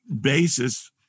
basis